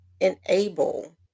enable